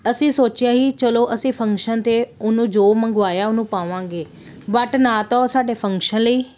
ਅਸੀਂ ਸੋਚਿਆ ਸੀ ਚਲੋ ਅਸੀਂ ਫੰਕਸ਼ਨ 'ਤੇ ਉਹਨੂੰ ਜੋ ਮੰਗਵਾਇਆ ਉਹਨੂੰ ਪਾਵਾਂਗੇ ਬਟ ਨਾ ਤਾਂ ਉਹ ਸਾਡੇ ਫੰਕਸ਼ਨ ਲਈ